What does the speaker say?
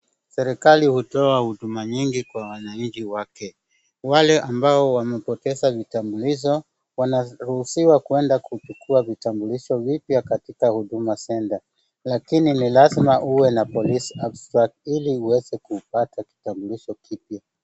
Serikali huto huduma nyingi kwa wananchi wake. Wale ambao wamepoteza vitambulisho, wameruhusiwa kwenda kuchukua vitambulisho vipya katika huduma centre lakini ni lazima uwe na police abstract ili uweze kupata kitambulisho kipya.